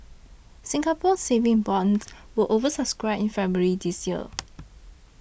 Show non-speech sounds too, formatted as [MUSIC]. Singapore Saving Bonds were over subscribed in February this year [NOISE]